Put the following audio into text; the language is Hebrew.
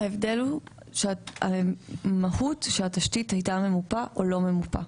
ההבדל הוא במהות שהתשתית הייתה ממופה או לא ממופה.